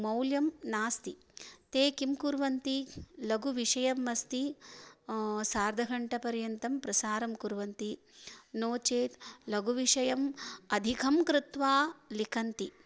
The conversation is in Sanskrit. मौल्यं नास्ति ते किं कुर्वन्ति लघुविषयम् अस्ति सार्धघण्टापर्यन्तं प्रसारं कुर्वन्ति नो चेत् लघुविषयम् अधिकं कृत्वा लिखन्ति